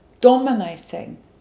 dominating